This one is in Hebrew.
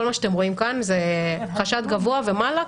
כל מה שאתם רואים כאן זה חשד גבוה ומעלה,